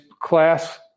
class